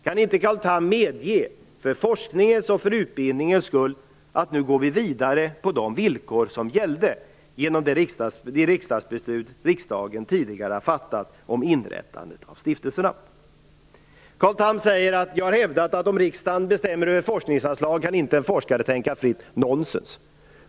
Kan inte Carl Tham medge, för forskningens och utbildningens skull, att vi nu skall gå vidare på de villkor som gäller enligt det beslut som riksdagen tidigare har fattat om inrättandet av stiftelserna? Carl Tham säger att jag hävdat att om riksdagen bestämmer över forskningsanslagen kan inte en forskare tänka fritt. Det är nonsens!